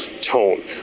tone